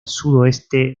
sudoeste